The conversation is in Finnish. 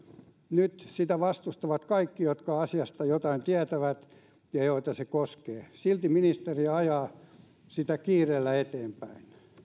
nyt vastustavat kaikki jotka asiasta jotain tietävät ja joita se koskee silti ministeri ajaa sitä kiireellä eteenpäin